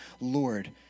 Lord